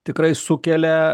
tikrai sukelia